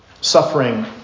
suffering